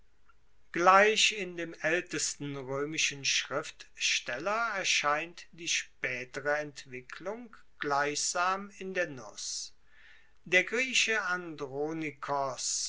gleich in dem aeltesten roemischen schriftsteller erscheint die spaetere entwicklung gleichsam in der nuss der grieche